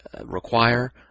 require